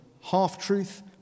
half-truth